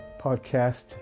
podcast